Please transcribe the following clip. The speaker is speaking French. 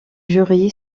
jury